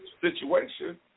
situation